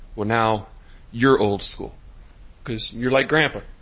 well, now you're old-school because you're like grandpa.